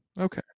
Okay